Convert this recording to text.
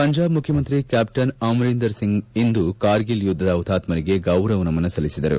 ಪಂಜಾಬ್ ಮುಖ್ಯಮಂತ್ರಿ ಕ್ಯಾಪ್ಟನ್ ಅಮರಿಂದರ್ಸಿಂಗ್ ಇಂದು ಕಾರ್ಗಿಲ್ ಯುದ್ದದ ಹುತಾತ್ಸರಿಗೆ ಗೌರವ ನಮನ ಸಲ್ಲಿಸಿದರು